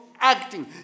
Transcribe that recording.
acting